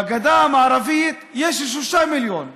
בגדה המערבית יש שלושה מיליון.